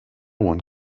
one